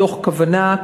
מתוך כוונה,